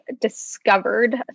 discovered